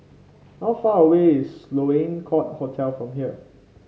how far away is Sloane Court Hotel from here